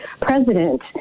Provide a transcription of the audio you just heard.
president